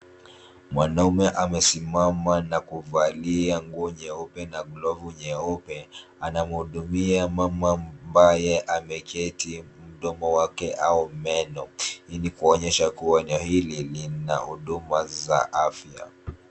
Mwanaume amesimama na kuvalia nguo nyeupe na glovu nyeupe. Anamhudumia mama ambaye ameketi, mdomo wake au meno. Hii ni kuonyesha kuwa eneo hili ni la huduma za afya.